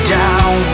down